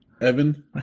Evan